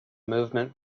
movement